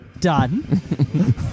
Done